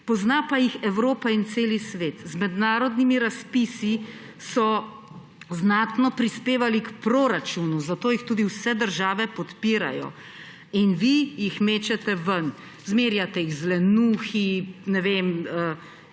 pozna pa jih Evropa in cel svet. Z mednarodnimi razpisi so znatno prispevali k proračunu, zato jih tudi vse države podpirajo. Vi jih mečete ven, zmerjate jih z lenuhi,